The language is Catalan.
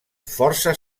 força